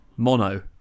Mono